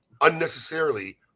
unnecessarily